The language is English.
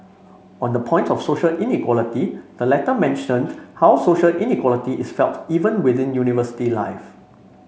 on the point of social inequality the letter mentioned how social inequality is felt even within university life